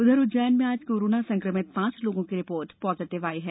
उधर उज्जैन में आज कोरोना संक्रमित पांच लोगों की रिपोर्ट पॉजिटिव आई है